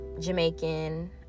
Jamaican